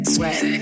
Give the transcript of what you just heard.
Sweat